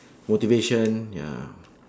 motivation ya